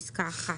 פסקה (1)